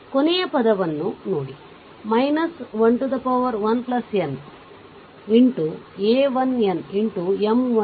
ಕೊನೆಯ ಪದವನ್ನು ನೋಡಿ 11n X a 1n X M 1n